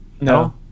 No